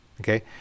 okay